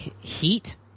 Heat